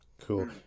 Cool